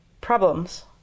problems